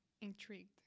intrigued